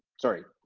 sorry.